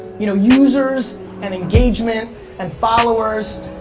you know, users and engagement and followers,